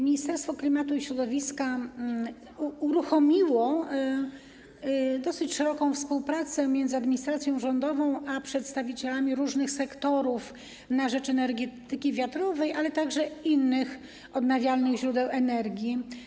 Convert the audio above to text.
Ministerstwo Klimatu i Środowiska uruchomiło dosyć szeroką współpracę między administracją rządową a przedstawicielami różnych sektorów na rzecz energetyki wiatrowej, ale także innych odnawialnych źródeł energii.